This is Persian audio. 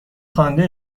خوانده